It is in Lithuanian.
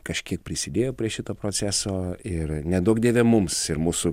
kažkiek prisidėjo prie šito proceso ir neduok dieve mums ir mūsų